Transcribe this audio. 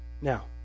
Now